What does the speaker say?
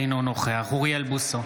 אינו נוכח אוריאל בוסו,